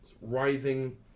writhing